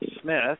Smith